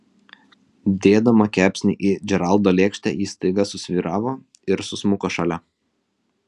dėdama kepsnį į džeraldo lėkštę ji staiga susvyravo ir susmuko šalia